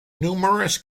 numerous